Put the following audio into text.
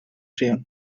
zion